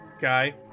guy